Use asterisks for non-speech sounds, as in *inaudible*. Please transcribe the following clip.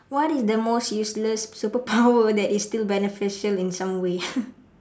what is the most useless superpower *laughs* that is still beneficial in some way *laughs*